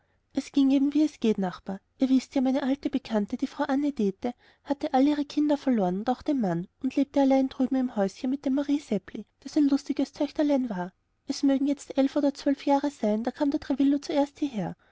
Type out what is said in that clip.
es ging eben wie es geht nachbar ihr wißt ja meine alte bekannte die frau anne dete hatte alle ihre kinder verloren und auch den mann und lebte allein drüben im häuschen mit dem marie seppli das ein lustiges töchterlein war es mögen jetzt elf oder zwölf jahre sein da kam der trevillo zuerst hierher